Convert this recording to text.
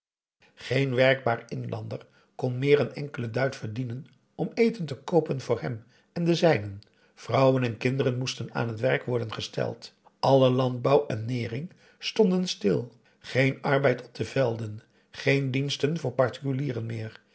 geen werkbaar inlander kon meer een enkele duit verdienen om eten te koopen voor hem en de zijnen vrouwen en kinderen moesten aan het werk worden gesteld alle landbouw en nering stonden stil geen arbeid op de velden geen diensten voor particulieren meer